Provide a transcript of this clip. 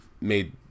made